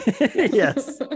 Yes